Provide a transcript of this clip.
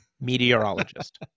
Meteorologist